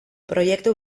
proiektu